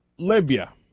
libya